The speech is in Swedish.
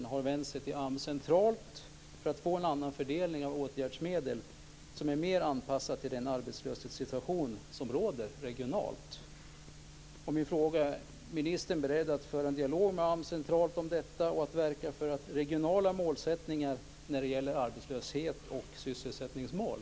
De har vänt sig till AMS centralt för att få till stånd en annan fördelning av åtgärdsmedel som är mer anpassad till den arbetslöshetssituation som råder regionalt. Min fråga är: Är ministern beredd att föra en dialog med AMS centralt om detta och att verka för regionala målsättningar när det gäller arbetslöshet och sysselsättningsmål?